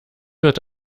wird